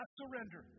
surrender